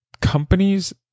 Companies